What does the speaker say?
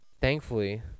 thankfully